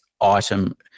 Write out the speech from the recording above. item